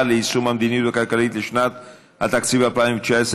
ליישום המדיניות הכלכלית לשנת התקציב 2019),